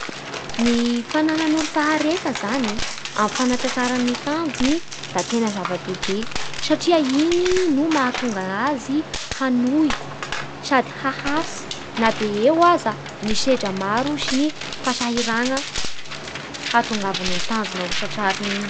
Ny fananan'olo fahareta zany amin'ny fanatratrara ny tanjony da tena zava-dehibe satria igny no mahatonga azy hanohy sady haharitsy na dia eo ary ny sedra maro sy ny fasahirana hahatongavany amin'ny tanjona ho tratrariny iny